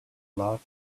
lot